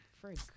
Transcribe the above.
freak